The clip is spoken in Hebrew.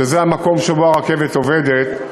שזה המקום שבו הרכבת עובדת,